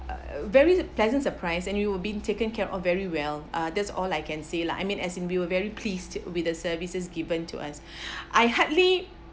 very pleasant surprise and you will be taken care of very well uh that's all I can say lah I mean as in we were very pleased with the services given to us I hardly